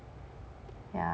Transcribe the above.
ya